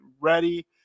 ready